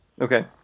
Okay